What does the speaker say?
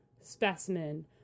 specimen